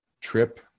trip